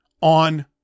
on